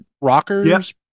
rockers